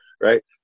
right